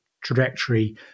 trajectory